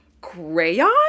Crayon